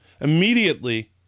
Immediately